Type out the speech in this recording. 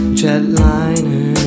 jetliner